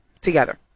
together